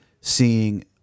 seeing